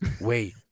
Wait